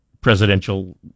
presidential